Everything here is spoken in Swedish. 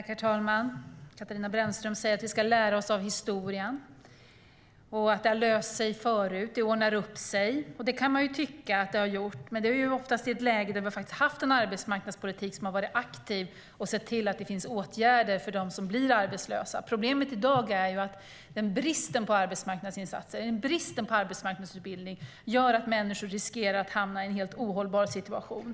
Herr talman! Katarina Brännström säger att vi ska lära oss av historien, att det har löst sig förut och att det ordnar upp sig. Det kan man ju tycka att det har gjort, men det är oftast i ett läge där vi har haft en aktiv arbetsmarknadspolitik och sett till att det finns åtgärder för dem som blir arbetslösa. Problemet i dag är bristen på arbetsmarknadsinsatser, bristen på arbetsmarknadsutbildning, och det gör att människor riskerar att hamna i en helt ohållbar situation.